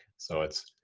so it's